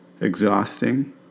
exhausting